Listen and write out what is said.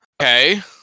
Okay